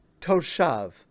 toshav